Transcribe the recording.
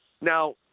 Now